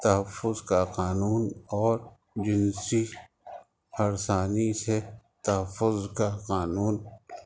تحفظ کا قانون اور جنسی ہراسانی سے تحفظ کا قانون